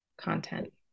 content